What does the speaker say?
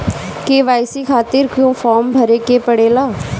KYC खातिर क्यूं form भरे के पड़ेला?